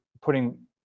putting